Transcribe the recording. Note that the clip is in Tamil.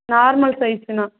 நார்மல் சைஸ்ன்னால்